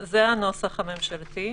זה חלק מההסדרה עם פיקוד